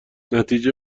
نتیجه